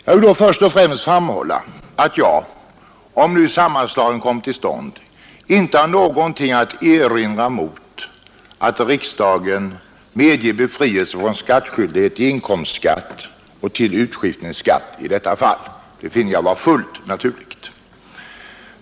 Jag vill då först och främst framhålla, att jag — om nu sammanslagningen kommer till stånd — icke har något att erinra mot att riksdagen medger befrielse från skattskyldighet till inkomstskatt och till utskiftningsskatt i detta fall, det finner jag vara fullt naturligt.